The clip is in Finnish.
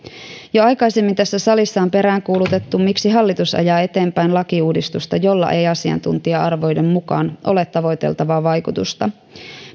jo aikaisemmin tässä salissa on peräänkuulutettu miksi hallitus ajaa eteenpäin lakiuudistusta jolla ei asiantuntija arvioiden mukaan ole tavoiteltavaa vaikutusta